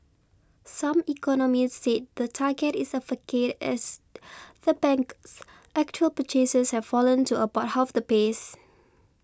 some economists said the target is a facade as the bank's actual purchases have fallen to about half that pace